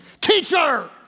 teacher